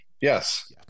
yes